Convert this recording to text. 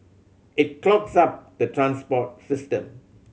it clogs up the transport system